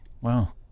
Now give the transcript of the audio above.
wow